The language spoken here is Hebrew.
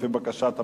לפי בקשת הפרוטוקול.